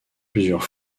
plusieurs